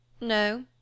No